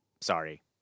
Sorry